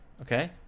Okay